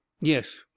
Yes